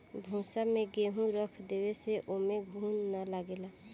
भूसा में गेंहू रख देवे से ओमे घुन ना लागे